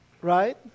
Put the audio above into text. Right